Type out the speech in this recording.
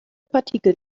partikel